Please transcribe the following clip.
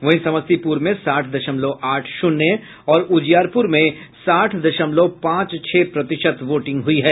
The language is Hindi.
वहीं समस्तीपुर में साठ दशमलव आठ शून्य और उजियारपुर में साठ दशमलव पांच छह प्रतिशत वोटिंग हुई है